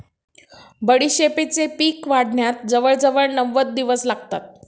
बडीशेपेचे पीक वाढण्यास जवळजवळ नव्वद दिवस लागतात